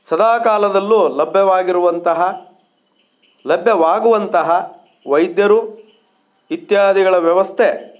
ಸದಾ ಕಾಲದಲ್ಲೂ ಲಭ್ಯವಾಗಿರುವಂತಹ ಲಭ್ಯವಾಗುವಂತಹ ವೈದ್ಯರು ಇತ್ಯಾದಿಗಳ ವ್ಯವಸ್ಥೆ